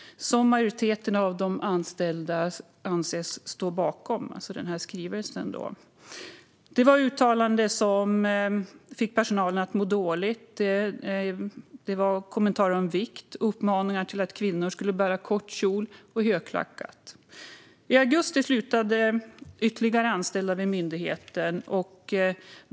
Majoriteten av de anställda anses stå bakom skrivelsen. Det gjordes uttalanden som fick personalen att må dåligt. Det fälldes kommentarer om vikt. Det kom uppmaningar till kvinnor att bära kort kjol och högklackat. I augusti slutade ytterligare anställda vid myndigheten.